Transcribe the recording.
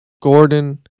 Gordon